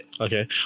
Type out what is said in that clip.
Okay